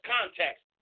context